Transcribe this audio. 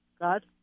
God